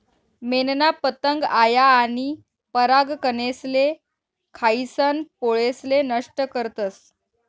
मेनना पतंग आया आनी परागकनेसले खायीसन पोळेसले नष्ट करतस